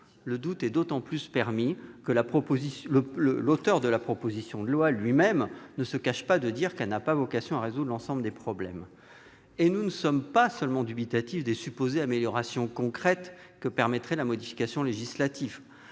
Le doute est d'autant plus permis que l'auteur de la proposition de loi lui-même ne se cache pas de dire qu'elle n'a pas vocation à résoudre l'ensemble des problèmes ... Et nous ne sommes pas seulement dubitatifs quant aux supposées améliorations concrètes que permettrait la modification législative,